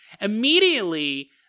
immediately